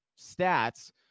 stats